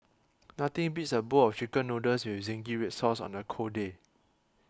nothing beats a bowl of Chicken Noodles with Zingy Red Sauce on a cold day